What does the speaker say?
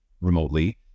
remotely